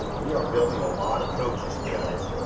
we are building a lot of coaches you guys.